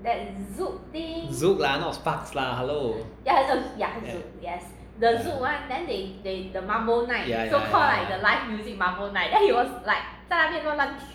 zouk lah not sparks lah hello ya ya ya ya